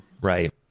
Right